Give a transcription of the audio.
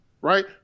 right